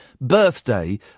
birthday